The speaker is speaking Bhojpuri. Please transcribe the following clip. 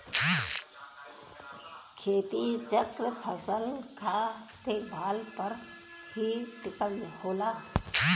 खेती चक्र फसल क देखभाल पर ही टिकल होला